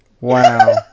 Wow